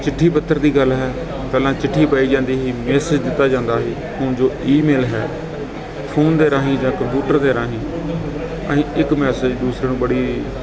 ਚਿੱਠੀ ਪੱਤਰ ਦੀ ਗੱਲ ਹੈ ਪਹਿਲਾਂ ਚਿੱਠੀ ਪਾਈ ਜਾਂਦੀ ਸੀ ਮੈਸੇਜ ਦਿੱਤਾ ਜਾਂਦਾ ਸੀ ਹੁਣ ਜੋ ਈਮੇਲ ਹੈ ਫੂਨ ਦੇ ਰਾਹੀਂ ਜਾਂ ਕੰਪਿਊਟਰ ਦੇ ਰਾਹੀਂ ਅਸੀਂ ਇੱਕ ਮੈਸੇਜ ਦੂਸਰੇ ਨੂੰ ਬੜੀ